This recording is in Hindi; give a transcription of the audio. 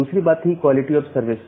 दूसरी बात थी क्वालिटी ऑफ़ सर्विस